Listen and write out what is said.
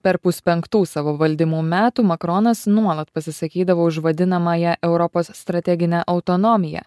per puspenktų savo valdymo metų makronas nuolat pasisakydavo už vadinamąją europos strateginę autonomiją